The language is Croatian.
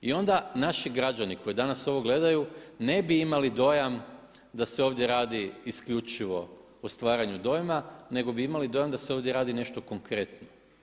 I onda naši građani koji danas ovo gledaju ne bi imali dojam da se ovdje radi isključivo o stvaranju dojma nego bi imali dojam da se ovdje radi nešto konkretno.